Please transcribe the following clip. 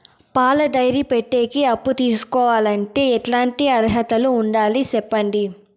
పాల డైరీ పెట్టేకి అప్పు తీసుకోవాలంటే ఎట్లాంటి అర్హతలు ఉండాలి సెప్పండి?